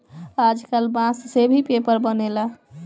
आजकल बांस से भी पेपर बनेला